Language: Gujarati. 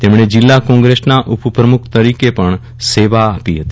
તેમણે જીલ્લા કોંગ્રેસના ઉપપ્રમુખ તરીકે પણ સેવા આપી હતી